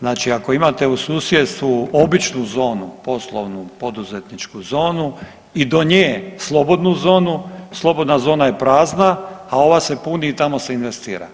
znači ako imate u susjedstvu običnu zonu, poslovnu, poduzetničku zonu i do nje slobodnu zonu, slobodna zona je prazna, a ova se puni i tamo se investira.